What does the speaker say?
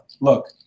Look